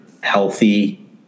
healthy